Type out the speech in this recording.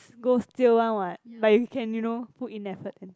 go stale one what but you can you know put in effort and